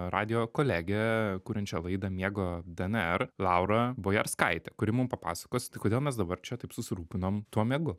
radijo kolegę kuriančią laidą miego dnr laurą bojarskaitę kuri mum papasakos tai kodėl mes dabar čia taip susirūpinom tuo miegu